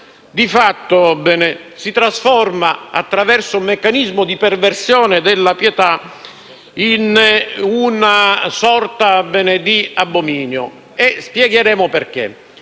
di fatto, si trasforma, attraverso un meccanismo di perversione della pietà, in un sorta di abominio. Spiegheremo perché.